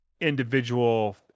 individual